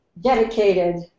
dedicated